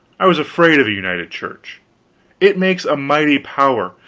i was afraid of a united church it makes a mighty power,